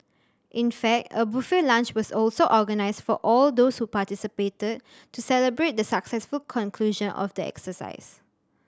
in fact a buffet lunch was also organised for all those who participated to celebrate the successful conclusion of the exercise